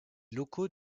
locaux